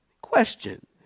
question